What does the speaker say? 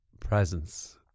presence